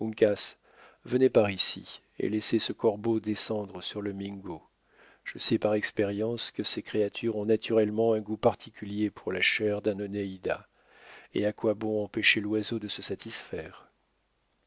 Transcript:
par ici et laissez ce corbeau descendre sur le mingo je sais par expérience que ces créatures ont naturellement un goût particulier pour la chair d'un onéida et à quoi bon empêcher l'oiseau de se satisfaire